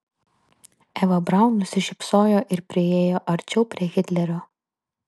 eva braun nusišypsojo ir priėjo arčiau prie hitlerio